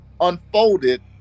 unfolded